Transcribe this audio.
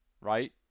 right